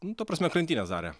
nu ta prasme krantines darė